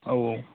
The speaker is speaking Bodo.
औ औ